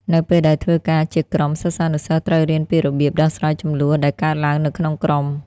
នៅពេលដែលធ្វើការជាក្រុម សិស្សានុសិស្សត្រូវរៀនពីរបៀប ដោះស្រាយជម្លោះ ដែលកើតឡើងនៅក្នុងក្រុម។